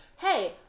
hey